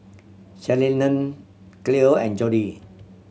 Shirleyann Cleo and Jody